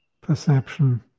perception